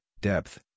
depth